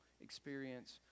experience